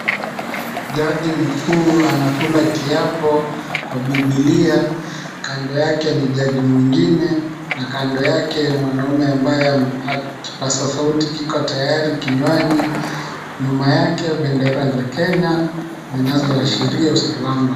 Jaji mkuu anakula kiapo kwa bibilia kando yake ni jaji mwingine na kando yake mwanaume ambaye kipaza sauti kiko tayari kinywani, nyuma yake bendera za Kenya zinazoashiria usalama.